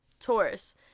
Taurus